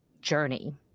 journey